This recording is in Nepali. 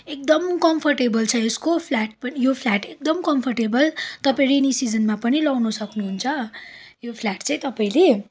एकदम कम्फोर्टेबल छ यसको फ्लाट प यो फ्लाट एकदम कम्फोर्टेबल तपाईँ रेनी सिजनमा पनि लाउन सक्नुहुन्छ यो फ्लाट चाहिँ तपाईँले